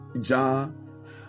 John